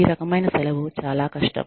ఈ రకమైన సెలవు చాలా కష్టం